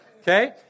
Okay